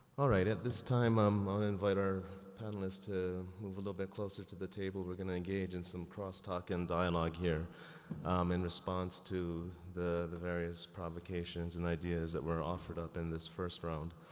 alright at this time, um i'll invite our panelists to move a little bit closer to the table. we're going to engage in some cross-talk and dialogue here um in response to the the various provocations and ideas that were offered up in this first round.